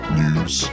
news